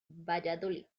valladolid